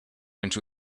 into